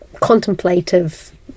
contemplative